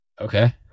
Okay